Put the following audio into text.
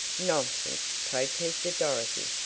nonsense, protested dorothy.